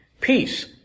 peace